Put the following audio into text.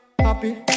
happy